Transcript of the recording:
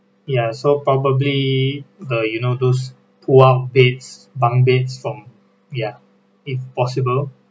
ya so probably the you know those pull out beds bang beds from ya if possible